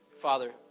Father